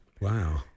Wow